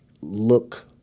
look